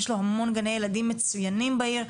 יש לו המון גני ילדים מצוינים בעיר.